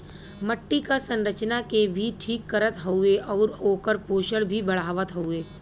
मट्टी क संरचना के भी ठीक करत हउवे आउर ओकर पोषण भी बढ़ावत हउवे